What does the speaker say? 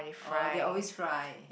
oh they always fry